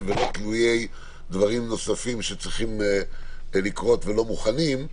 ולא תלויי דברים נוספים שצריכים לקרות ולא מוכנים,